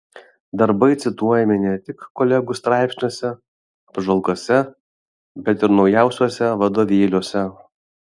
darbai cituojami ne tik kolegų straipsniuose apžvalgose bet ir naujausiuose vadovėliuose